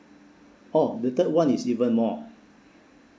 oh the third one is even more